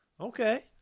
Okay